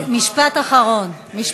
משפט אחרון.